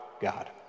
God